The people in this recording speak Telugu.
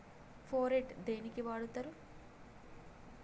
ఫోరెట్ దేనికి వాడుతరు?